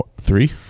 Three